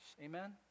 amen